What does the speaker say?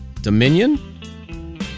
Dominion